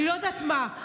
אני לא יודעת מה.